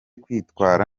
kwitwara